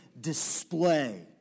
display